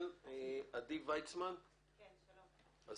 יש